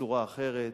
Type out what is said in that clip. בצורה אחרת.